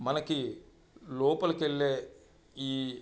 మనకి లోపలికెళ్ళే ఈ